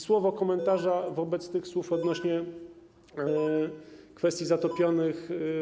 Słowo komentarza do tych słów odnośnie do kwestii zatopionych.